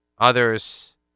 Others